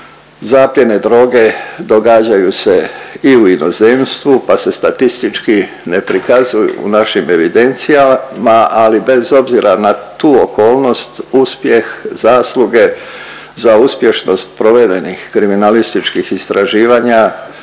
zapljene droge događaju se i u inozemstvu pa se statistički ne prikazuju u našim evidencijama ali bez obzira na tu okolnost uspjeh, zasluge za uspješnost provedenih kriminalističkih istraživanja